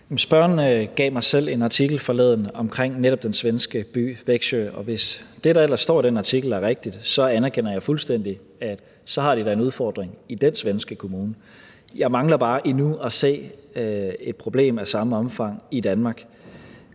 Spørgeren gav mig forleden selv en artikel om netop den svenske by Väksjö, og hvis det, der står i den artikel, ellers er rigtigt, så anerkender jeg fuldstændig, at de da så har en udfordring i den svenske kommune. Jeg mangler bare endnu at se et problem af samme omfang i Danmark.